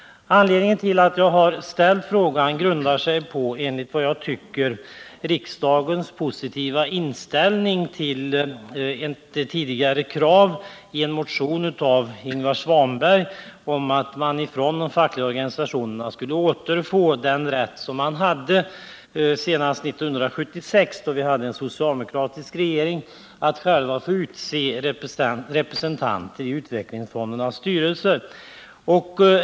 Anledningen till att jag har ställt frågan är riksdagens enligt min mening positiva inställning till tidigare i motion av Ingvar Svanberg framställda krav att de fackliga organisationerna skulle återfå den rätt de hade senast 1976, då vi hade en socialdemokratisk regering — nämligen att själva utse representanter i utvecklingsfondernas styrelser.